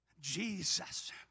Jesus